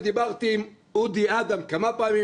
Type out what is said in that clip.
דיברתי עם אודי אדם כמה פעמים,